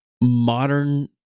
modern